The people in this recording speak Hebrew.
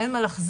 אין מה לחזור,